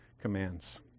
commands